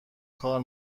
کار